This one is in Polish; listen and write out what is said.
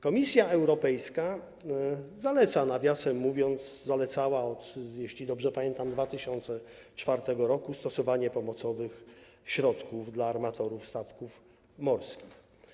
Komisja Europejska zaleca - nawiasem mówiąc, zalecała, jeśli dobrze pamiętam, od 2004 r. - stosowanie pomocowych środków dla armatorów statków morskich.